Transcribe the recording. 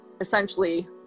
essentially